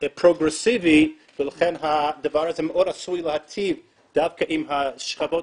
פרוגרסיבי לכן הדבר הזה עשוי להיטיב דווקא עם השכבות